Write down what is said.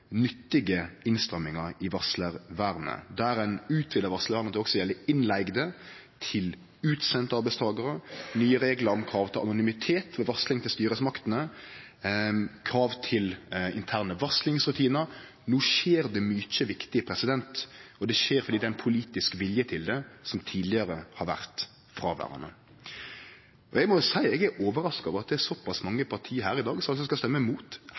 nyttige innstrammingar i varslarvernet, der ein utvida varslaromgrepet til også å gjelde innleigde og utsende arbeidstakarar, nye reglar om krav til anonymitet ved varsling til styresmaktene og krav til interne varslingsrutinar. No skjer det mykje viktig, og det skjer fordi det er ein politisk vilje til det som tidlegare har vore fråverande. Eg må seie eg er overraska over at det er såpass mange parti her i dag som faktisk skal stemme